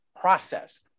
process